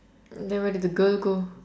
then where did the girl go